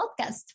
podcast